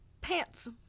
pants